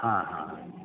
हँ हँ हँ